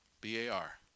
B-A-R